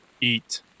Eat